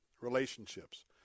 relationships